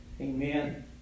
Amen